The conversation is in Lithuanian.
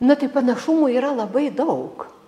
na tai panašumų yra labai daug